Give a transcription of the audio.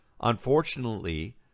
Unfortunately